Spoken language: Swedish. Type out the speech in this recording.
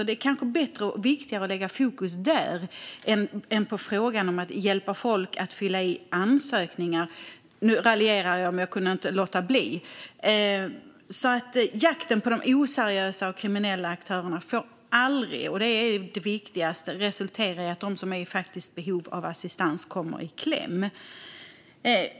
Det kanske är bättre och viktigare att lägga fokus där än på frågan om att hjälpa folk att fylla i ansökningar. Nu raljerar jag - jag kunde inte låta bli. Jakten på de oseriösa och kriminella aktörerna får aldrig - och detta är det viktigaste - resultera i att de som är i faktiskt behov av assistans kommer i kläm.